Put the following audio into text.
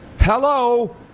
hello